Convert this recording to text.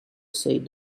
said